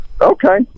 okay